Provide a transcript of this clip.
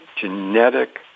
genetic